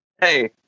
hey